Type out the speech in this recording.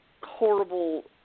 horrible